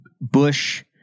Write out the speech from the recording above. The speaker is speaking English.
Bush